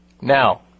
Now